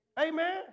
Amen